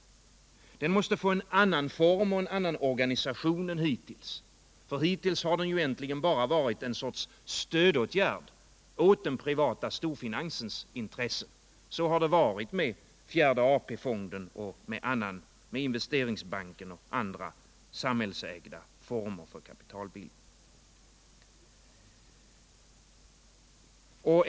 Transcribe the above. Den måste få en annan form och cen annan organisation än hittills, eftersom den egentligen bara varit en sorts stödåtgärd åt den privata storfinansens intressen. Så har det varit med fjärde AP-fonden, med Investeringsbanken och andra samhällsägda institutioner för kapitalbildning.